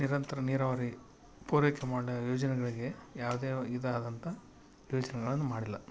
ನಿರಂತರ ನೀರಾವರಿ ಪೂರೈಕೆ ಮಾಡೋ ಯೋಜನೆಗಳಿಗೆ ಯಾವುದೆ ಇದು ಆದಂತ ಯೋಜನೆಗಳನ್ನು ಮಾಡಿಲ್ಲ